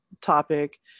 topic